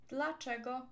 Dlaczego